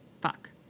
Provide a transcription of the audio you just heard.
Fuck